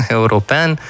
european